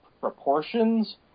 proportions